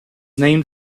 named